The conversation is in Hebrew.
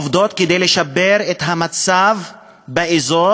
עובדות כדי לשפר את המצב באזור,